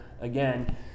again